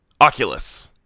Oculus